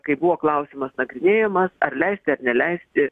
kai buvo klausimas nagrinėjamas ar leisti ar neleisti